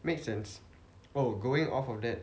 make sense oh going off of that